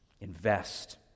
Invest